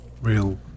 real